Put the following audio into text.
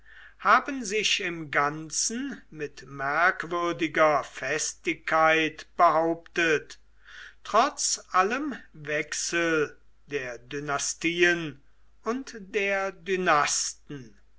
haben sich im ganzen mit merkwürdiger festigkeit behauptet trotz allem wechsel der dynastien und der